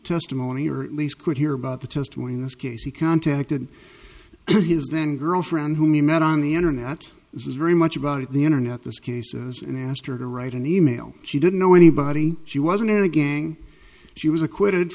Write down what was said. testimony or at least could hear about the testimony in this case he contacted his then girlfriend whom he met on the internet this is very much about it the internet this cases and asked her to write an e mail she didn't know anybody she wasn't in a gang she was acquitted